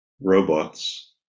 robots